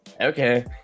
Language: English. Okay